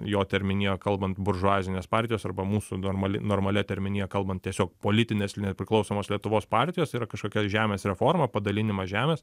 jo terminija kalbant buržuazinės partijos arba mūsų normali normalia terminija kalbant tiesiog politinės nepriklausomos lietuvos partijos tai yra kažkokia žemės reforma padalinimas žemės